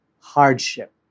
hardship